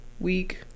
week